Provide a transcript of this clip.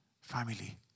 family